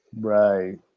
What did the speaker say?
Right